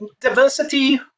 diversity